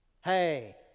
Hey